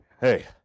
Hey